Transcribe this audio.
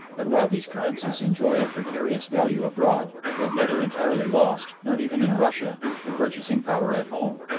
but while these currencies enjoy a precarious value abroad, they have never entirely lost, not even in russia, their purchasing power at home.